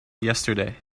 yesterday